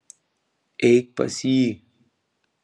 eik pas jį